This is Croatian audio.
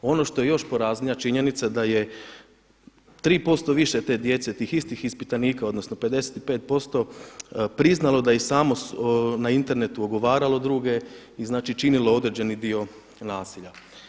Ono što je još poraznija činjenica da je 3% više te djece, tih istih ispitanika, odnosno 55% priznalo da je i samo na internetu ogovaralo druge i znači činilo određeni dio nasilja.